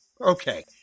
Okay